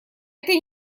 этой